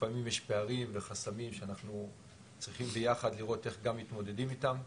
לפעמים יש פערים וחסמים שאנחנו צריכים ביחד לראות גם איך מתמודדים איתם.